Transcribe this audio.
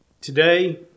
Today